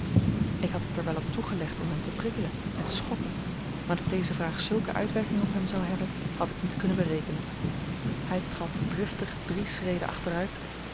ik had het er wel op toegelegd om hem te prikkelen en te schokken maar dat deze vraag zulke uitwerking op hem zou hebben had ik niet kunnen berekenen hij trad driftig drie schreden achteruit